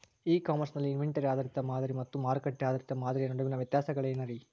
E commerce ನಲ್ಲಿ inventory ಆಧಾರಿತ ಮಾದರಿ ಮತ್ತ ಮಾರುಕಟ್ಟೆ ಆಧಾರಿತ ಮಾದರಿಯ ನಡುವಿನ ವ್ಯತ್ಯಾಸಗಳೇನ ರೇ?